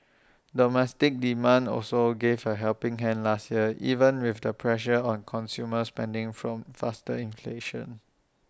domestic demand also gave A helping hand last year even with the pressure on consumer spending from faster inflation